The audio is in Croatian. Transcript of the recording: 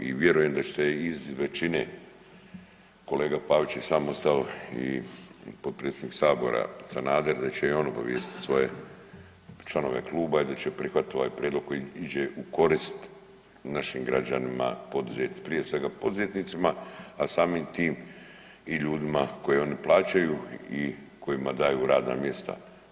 I vjerujem da ćete iz većine kolega Pavić je sam ostao i potpredsjednik sabora Sanader da će i oni obavijestit svoje članove kluba i da će prihvatit ovaj prijedlog koji iđe u korist našim građanima, prije svega poduzetnicima, a samim tim i ljudima koje oni plaćaju i kojima daju radna mjesta.